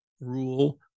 rule